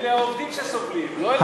אלה העובדים שסובלים, לא אלה שלא עובדים.